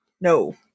No